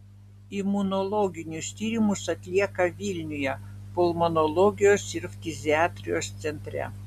imunologinius tyrimus atlieka vilniuje pulmonologijos ir ftiziatrijos centre